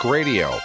Radio